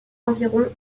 environ